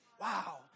Wow